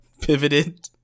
pivoted